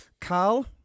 Carl